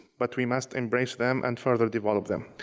but we must embrace them and further develop them.